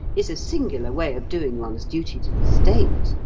is a singular way of doing one's duty to the state!